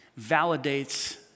validates